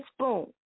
spoon